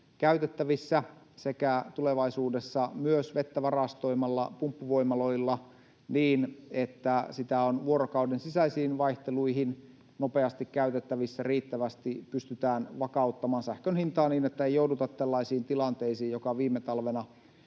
käytettävissä, sekä tulevaisuudessa myös vettä varastoimalla pumppuvoimaloilla, niin että sitä on vuorokauden sisäisiin vaihteluihin nopeasti käytettävissä riittävästi, pystytään vakauttamaan sähkön hintaa, niin että ei jouduta tällaisiin tilanteisiin, joita viime talvena